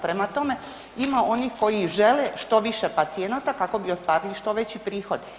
Prema tome, ima onih koji žele što više pacijenata kako bi ostvarili što veći prihod.